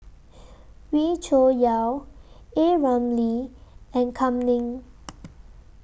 Wee Cho Yaw A Ramli and Kam Ning